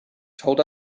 told